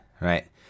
Right